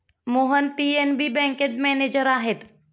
Mohan PNB बँकेत manager आहेत